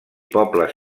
pobles